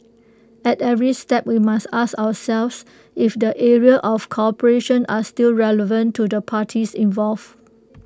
at every step we must ask ourselves if the areas of cooperation are still relevant to the parties involved